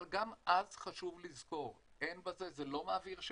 אבל גם אז, חשוב לזכור, זה לא מעביר שמות.